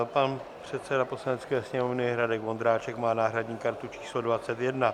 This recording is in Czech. Pan předseda Poslanecké sněmovny Radek Vondráček má náhradní kartu číslo 21.